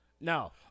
No